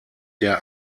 der